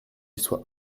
soit